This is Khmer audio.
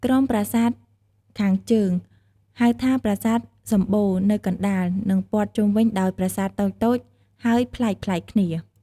ក្រុមប្រាសាទខាងជើង ហៅថាប្រាសាទសំបូរនៅកណ្តាល និងពទ្ធ័ជុំវិញដោយប្រាសាទតូចៗ ហើយប្លែកៗគ្នា។